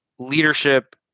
leadership